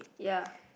ya